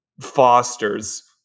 fosters